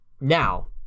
Now